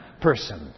person